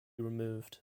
removed